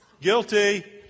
Guilty